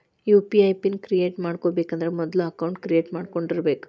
UPI PIN create ಮಾಡಬೇಕಂದ್ರ ಮೊದ್ಲ account create ಮಾಡ್ಕೊಂಡಿರಬೆಕ್